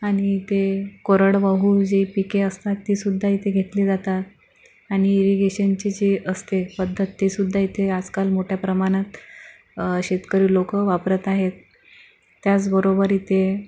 आणि इथे कोरडवाहू जी पिके असतात ती सुद्धा इथे घेतली जातात आणि रेशनची जी असते पद्धत ती सुद्धा इथे आजकाल मोठ्या प्रमाणात शेतकरी लोक वापरत आहेत त्याचबरोबर इथे